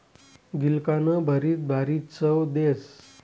गिलकानं भरीत भारी चव देस